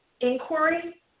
inquiry